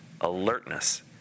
alertness